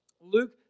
Luke